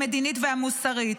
המדינית והמוסרית,